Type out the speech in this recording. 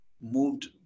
moved